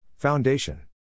Foundation